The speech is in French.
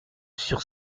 sur